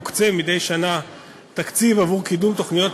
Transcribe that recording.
מוקצה מדי שנה תקציב עבור קידום תוכניות